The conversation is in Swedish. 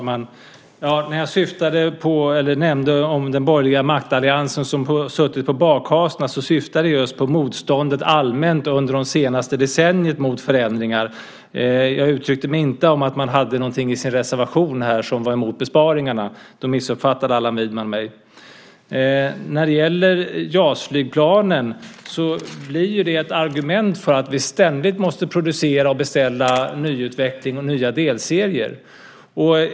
Herr talman! När jag nämnde om den borgerliga alliansen som har suttit på bakhasorna syftade jag just på motståndet allmänt under det senaste decenniet mot förändringar. Jag uttryckte mig inte som att man hade någonting i reservationen som var mot besparingarna. I så fall missuppfattade Allan Widman mig. När det gäller JAS-flygplanen blir detta ett argument att vi ständigt måste producera och beställa nyutvecklade och nya delserier.